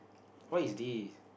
what is this